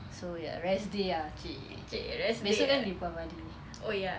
so ya rest day ah !chey! besok kan deepavali